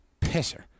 pisser